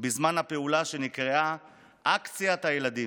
בזמן הפעולה שנקראה 'אקציית הילדים'.